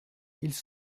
ils